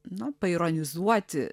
nu paironizuoti